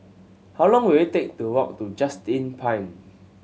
how long will it take to walk to Just Inn Pine